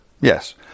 Yes